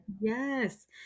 Yes